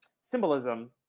symbolism